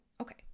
Okay